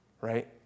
right